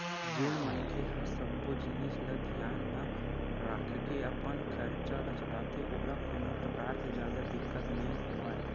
जेन मनखे ह सब्बो जिनिस ल धियान म राखके अपन खरचा ल चलाथे ओला कोनो परकार ले जादा दिक्कत नइ होवय